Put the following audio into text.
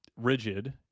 rigid